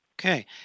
Okay